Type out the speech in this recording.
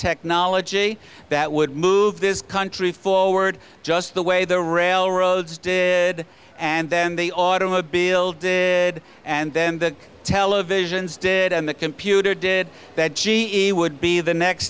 technology that would move this country forward just the way the railroads did and then the automobile did and then the televisions did and the computer did that g e would be the next